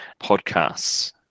Podcasts